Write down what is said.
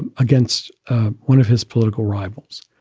and against one of his political rivals,